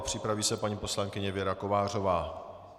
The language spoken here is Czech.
Připraví se paní poslankyně Věra Kovářová.